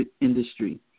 industry